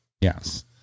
Yes